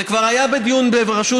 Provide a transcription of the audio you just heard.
זה כבר היה בדיון בראשות